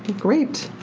great.